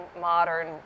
modern